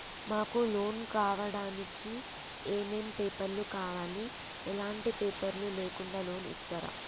మాకు లోన్ కావడానికి ఏమేం పేపర్లు కావాలి ఎలాంటి పేపర్లు లేకుండా లోన్ ఇస్తరా?